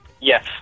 Yes